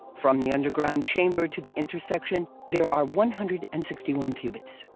from the underground chamber to the intersection there are one hundred and sixty one cubits.